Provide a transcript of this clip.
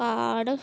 card